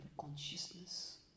consciousness